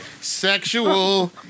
Sexual